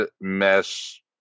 mesh